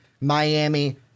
Miami